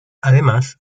además